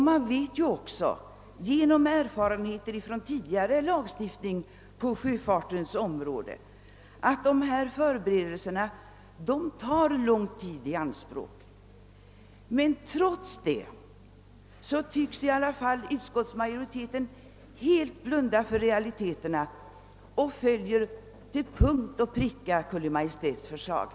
Man vet också genom erfarenheter från tidigare lagstiftning på sjöfartens område att dessa förberedelser tar lång tid i anspråk. Trots detta tycks utskottsmajoriteten helt blunda för realiteterna och följer till punkt och pricka Kungl. Maj:ts förslag.